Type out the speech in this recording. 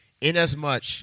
inasmuch